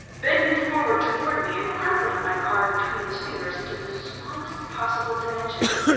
bending forward towards me, and crumpling my card between his fingers into the smallest possible dimensions.